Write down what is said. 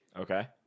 Okay